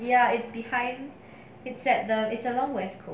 ya it's behind it at the it's along west coast